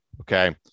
okay